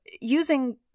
using